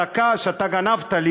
לקחתי את הדקה שאתה גנבת לי,